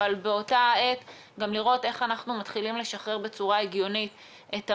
אבל באותה העת גם לראות איך אנחנו מתחילים לשחרר בצורה הגיונית את המשק,